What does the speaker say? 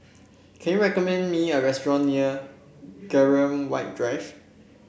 can you recommend me a restaurant near Graham White Drive